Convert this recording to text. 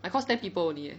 my course ten people only eh